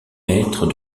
maîtres